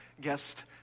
guest